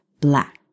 Black